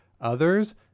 others